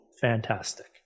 fantastic